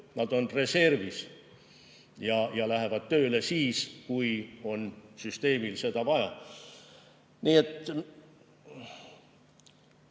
Nad on reservis ja hakkavad tööle siis, kui on süsteemil seda vaja. Nii et